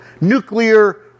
nuclear